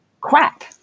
crap